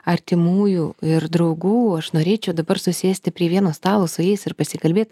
artimųjų ir draugų aš norėčiau dabar susėsti prie vieno stalo su jais ir pasikalbėt